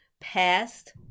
past